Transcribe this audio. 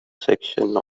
section